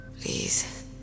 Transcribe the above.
Please